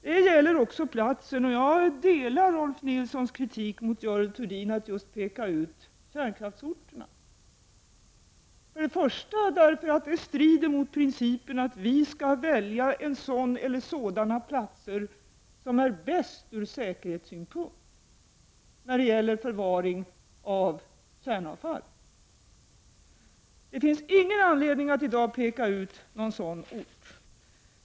Det gäller också platsen, och jag instämmer i Rolf L Nilsons kritik mot Görel Thurdin, när hon pekar ut just kärnkraftsorterna. Det strider mot principen att vi skall välja en sådan eller sådana platser som är bäst ur säker hetssynpunkt när det gäller förvaring av kärnavfall. Det finns ingen anledning att i dag peka ut någon sådan ort.